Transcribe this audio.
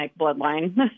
bloodline